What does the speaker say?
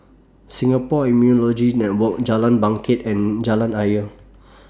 Singapore Immunology Network Jalan Bangket and Jalan Ayer